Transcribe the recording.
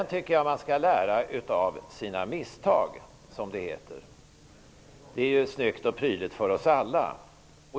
Jag tycker att man skall lära av sina misstag, som det heter. Det är ju snyggt och prydligt för oss alla.